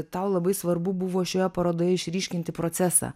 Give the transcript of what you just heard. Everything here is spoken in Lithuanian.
tau labai svarbu buvo šioje parodoje išryškinti procesą